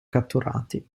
catturati